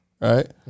right